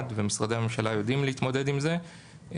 ומשרדי הממשלה יודעים להתמודד עם זה.